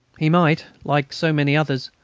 he might, like so many others,